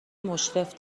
مشرف